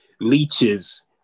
leeches